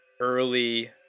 early